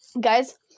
guys